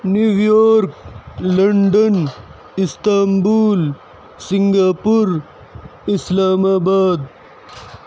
New York London Istanbul Singapore اسلام آباد